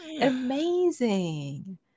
amazing